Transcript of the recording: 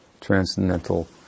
transcendental